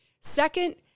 Second